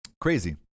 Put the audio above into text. Crazy